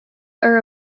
are